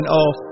off